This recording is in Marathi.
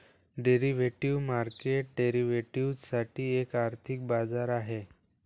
डेरिव्हेटिव्ह मार्केट डेरिव्हेटिव्ह्ज साठी एक आर्थिक बाजार आहे